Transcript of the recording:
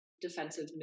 defensive